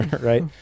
right